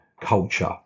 culture